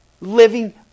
living